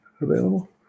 Available